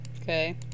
Okay